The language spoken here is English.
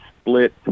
split